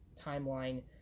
timeline